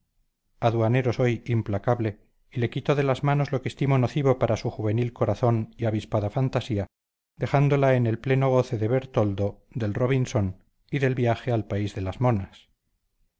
aduanero soy implacable y le quito de las manos lo que estimo nocivo para su juvenil corazón y avispada fantasía dejándola en el pleno goce del bertoldo del robinsón y del viaje al país de las monas